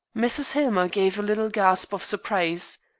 mrs. hillmer gave a little gasp of surprise.